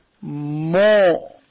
more